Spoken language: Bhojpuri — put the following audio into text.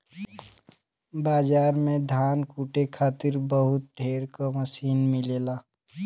बाजार में धान कूटे खातिर बहुत ढेर क मसीन मिलेला